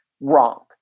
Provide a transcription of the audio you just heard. wrong